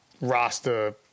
Rasta